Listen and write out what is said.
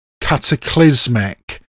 cataclysmic